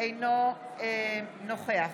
אינו נוכח